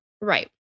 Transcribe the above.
Right